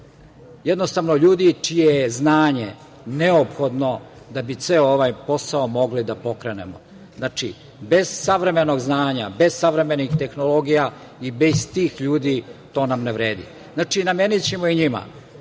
jednostavno ljudi čije je znanje neophodno da bi ceo ovaj posao mogli da pokrenemo. Znači, bez savremenog znanja, bez savremenih tehnologija i bez tih ljudi to nam ne vredi. Znači, namenićemo i